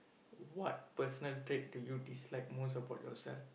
what personal trait do you dislike most about yourself